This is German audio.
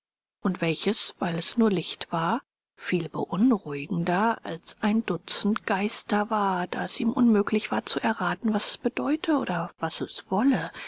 und welches weil es nur licht war viel beunruhigender als ein dutzend geister war da es ihm unmöglich war zu erraten was es bedeute oder was es wolle